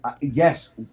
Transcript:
yes